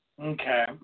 Okay